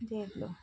ਦੇਖ ਲਓ